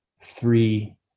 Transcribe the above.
three